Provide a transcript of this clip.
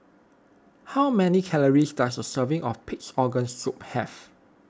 how many calories does a serving of Pig's Organ Soup have